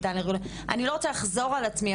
אני לא רוצה לחזור על עצמי,